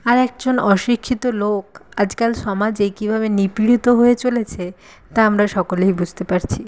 আরেকজন অশিক্ষিত লোক আজকাল সমাজে কীভাবে নিপীড়িত হয়ে চলেছে তা আমরা সকলেই বুঝতে পারছি